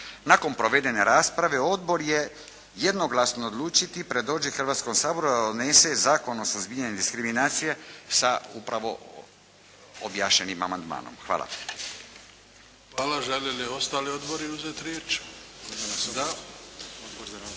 Nakon provedene rasprave odbor je jednoglasno odlučio predložiti Hrvatskom saboru da donese Zakon o suzbijanju diskriminacije sa upravo objašnjenim amandmanom. Hvala. **Bebić, Luka (HDZ)** Hvala. Žele li ostali odbori uzeti riječ? Da. Gospođa